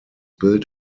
built